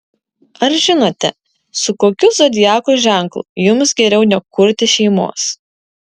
ar žinote su kokiu zodiako ženklu jums geriau nekurti šeimos